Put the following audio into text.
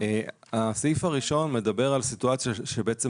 הסעיף הראשון מדבר על סיטואציה שבעצם